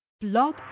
Blog